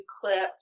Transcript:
clips